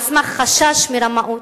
על סמך חשש מרמאות?